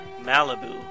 Malibu